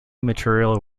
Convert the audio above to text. material